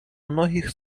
многих